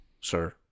sir